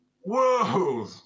whoa